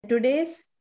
Today's